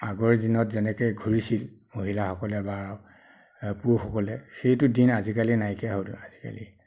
আগৰ দিনত যেনেকৈ ঘূৰিছিল মহিলাসকলে বা পুৰুষসকলে সেইটো দিন আজিকালি নাইকিয়া হ'ল আজিকালি